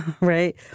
right